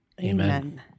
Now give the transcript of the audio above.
Amen